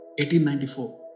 1894